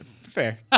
fair